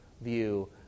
view